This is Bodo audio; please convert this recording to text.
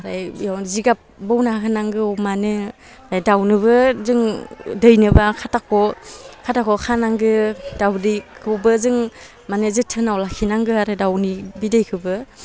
ओमफ्राय बेयावनो जिगाब बना होनांगौ अमानो दाउनोबो जों दैनोबा खाथाख' खाथा ख'वाव खानांगौ दावदैखौबो जों माने जोथोनाव लाखिनांगौ आरो दाउनि बिदैखौबो